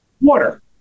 water